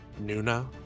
Nuna